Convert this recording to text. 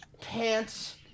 pants